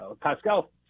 Pascal